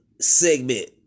segment